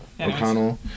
O'Connell